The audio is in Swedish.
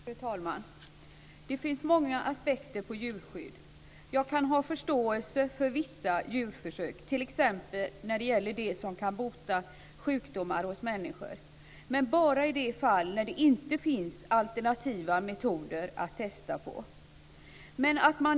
Fru talman! Det finns många aspekter på djurskydd. Jag kan ha förståelse för vissa djurförsök, t.ex. när det gäller det som kan bota sjukdomar hos människor, men bara i de fall när det inte finns alternativa metoder att testa på.